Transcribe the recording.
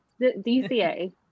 DCA